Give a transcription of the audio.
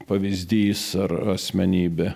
pavyzdys ar asmenybė